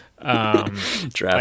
Draft